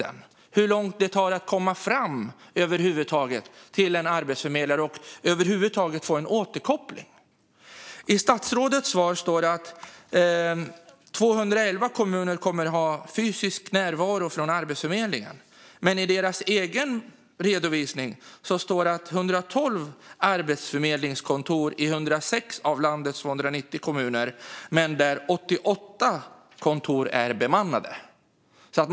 Det handlade om hur lång tid det tar att över huvud taget komma fram till en arbetsförmedlare och att få en återkoppling. I statsrådets svar står det att 211 kommuner kommer att ha fysisk närvaro av Arbetsförmedlingen. Men i dess egen redovisning står det att det är 112 arbetsförmedlingskontor i 106 av landets 290 kommuner där 88 kontor är bemannade. Fru talman!